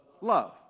love